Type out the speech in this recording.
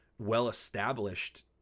well-established